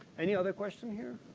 any other question here?